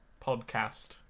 Podcast